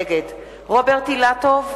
נגד רוברט אילטוב,